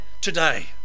today